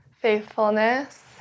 faithfulness